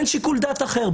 אין שיקול דעת אחר.